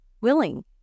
willing